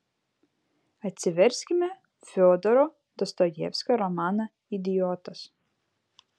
atsiverskime fiodoro dostojevskio romaną idiotas